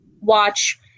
watch